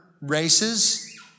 races